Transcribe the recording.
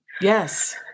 Yes